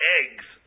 eggs